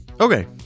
Okay